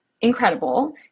Incredible